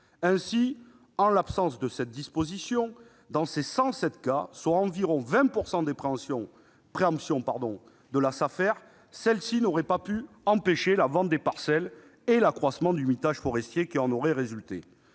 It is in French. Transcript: Ainsi, en l'absence de cette disposition, dans ces 107 cas, soit environ 20 % des préemptions de la Safer, celle-ci n'aurait pas pu empêcher la vente des parcelles et l'accroissement du mitage forestier qui en aurait résulté.